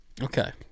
okay